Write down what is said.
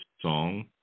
song